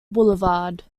boulevard